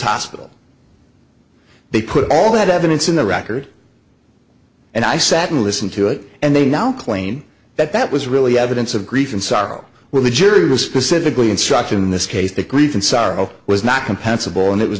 hospital they put all that evidence in the record and i sat and listened to it and they now claim that that was really evidence of grief and sorrow when the jury was specifically instructed in this case that grief and sorrow was not compensable and it was